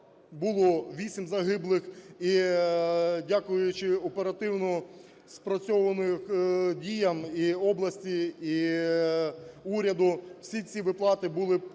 було вісім загиблих, і, дякуючи оперативно спрацьованим діям і області, і уряду, всі ці виплати були